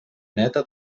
neta